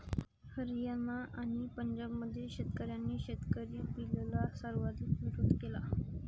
हरियाणा आणि पंजाबमधील शेतकऱ्यांनी शेतकरी बिलला सर्वाधिक विरोध केला